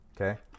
Okay